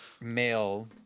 male